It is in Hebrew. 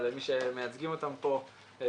או למי שמייצגים אותם פה כרגע,